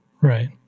Right